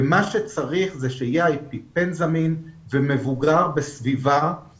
ומה שצריך זה שהאפיפן יהיה זמין ומבוגר בסביבה.